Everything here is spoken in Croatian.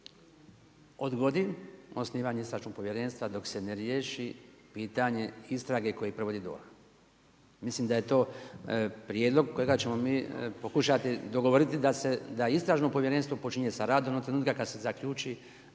odgodi osnivanje istražnog povjerenstva dok se ne riješi pitanje istrage koju provodi DORH. Mislim da je to prijedlog kojega ćemo mi pokušati dogovoriti da istražno povjerenstvo počinje sa radom onog trenutka kad se zaključi,